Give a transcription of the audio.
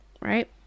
Right